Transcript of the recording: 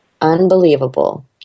Unbelievable